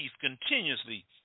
continuously